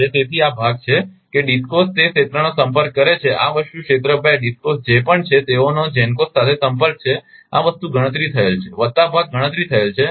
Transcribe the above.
તેથી આ ભાગ છે કે DISCOs તે ક્ષેત્રનો સંપર્ક કરે છે આ વસ્તુ ક્ષેત્ર 2 DISCOs જે પણ છે તેઓનો GENCOs સાથે સંપર્ક છે આ વસ્તુ ગણતરી થયેલ છે વત્તા ભાગ ગણતરી થયેલ છે